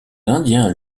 indiens